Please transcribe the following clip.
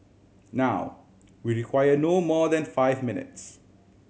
now we require no more than five minutes